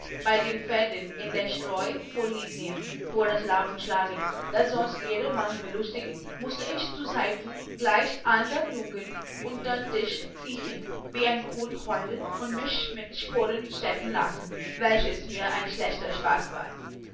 bei den pferden in der streu vorliebnehmen vor das lautenschlagen das sonst jedermann belustiget mußte ich zuzeiten gleich andern jungen untern tisch kriechen wie ein hund heulen und mich mit sporen stechen lassen welches mir ein schlechter spaß war